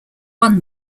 one